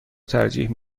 ترجیح